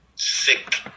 sick